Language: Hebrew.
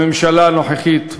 הממשלה הנוכחית,